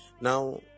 Now